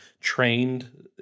trained